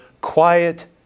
quiet